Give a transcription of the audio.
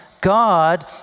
God